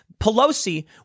Pelosi